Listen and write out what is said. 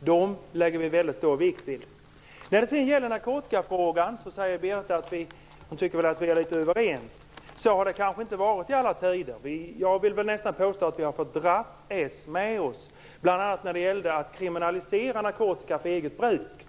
Dem lägger vi mycket stor vikt vid. När det gäller narkotikafrågan tycker Birthe Sörestedt att vi är överens. Så har det inte varit i alla tider. Jag vill nästan påstå att vi har fått dra Socialdemokraterna med oss, bl.a. när det gällde att kriminalisera narkotika för eget bruk.